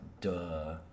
duh